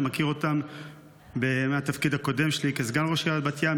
אני מכיר מהתפקיד הקודם שלי כסגן ראש עיריית בת ים.